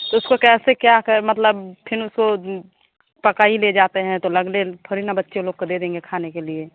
उसको कैसे क्या कर मतलब फिर उसको पका ही ले जाते हैं तो लगले थोड़ी ना बच्चे लोग को दे देंगे खाने के लिए